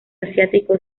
asiático